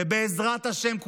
ובעזרת השם,